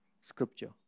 scripture